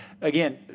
again